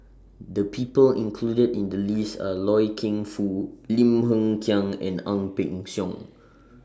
The People included in The list Are Loy Keng Foo Lim Hng Kiang and Ang Peng Siong